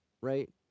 right